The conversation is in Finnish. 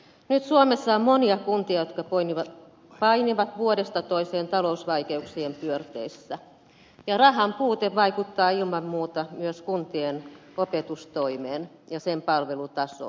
nyt suomessa on monia kuntia jotka painivat vuodesta toiseen talousvaikeuksien pyörteissä ja rahan puute vaikuttaa ilman muuta myös kuntien opetustoimeen ja sen palvelutasoon